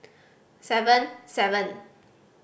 seven seven